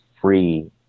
free